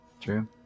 True